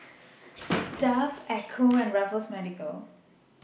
Dove Ecco and Raffles Medical